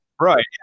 Right